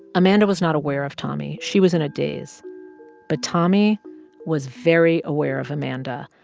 amanda was not aware of tommy. she was in a daze but tommy was very aware of amanda.